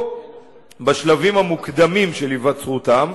או בשלבים המוקדמים של היווצרותם,